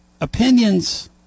opinions